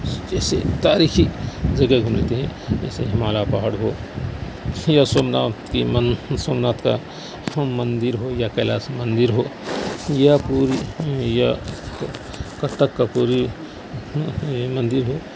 اس سے تاریخی جگہ گھومتے ہیں جیسے ہمالہ پہاڑ ہو یا سومناتھ کی من سومناتھ کا مندر ہو یا کیلاش مندر ہو یا کوئی یا کٹک کا کوئی مندر ہو